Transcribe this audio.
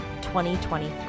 2023